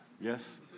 yes